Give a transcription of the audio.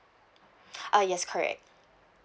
ah yes correct